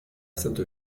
sainte